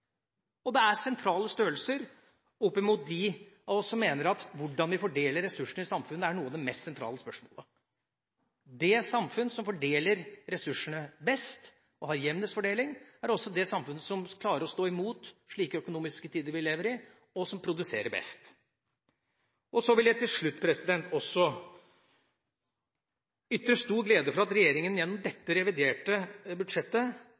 Det er sentrale størrelser for de av oss som mener at hvordan vi fordeler ressursene i samfunnet, er ett av de mest sentrale spørsmålene. Det samfunnet som fordeler ressursene best, og har jevnest fordeling, er også det samfunnet som klarer å stå imot slike økonomiske tider som vi lever i, og som produserer best. Til slutt vil jeg uttrykke stor glede over at regjeringa gjennom dette reviderte budsjettet